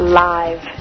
live